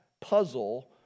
puzzle